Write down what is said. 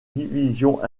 divisions